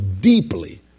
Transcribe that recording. deeply